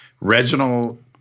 Reginald